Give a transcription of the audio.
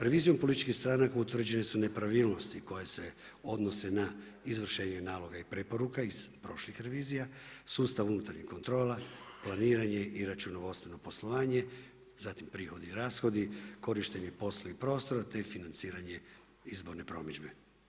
Revizijom političkih stranaka, utvrđene su nepravilnosti koje se odnose na izvršenje naloga i preporuka iz prošlih revizija, sustav unutarnjih kontrola, planiranje i računovodstveno poslovanje, zatim prihodi i rashodi, korištenje poslovnih prostora, te financiranje izborne promidžbe.